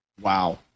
wow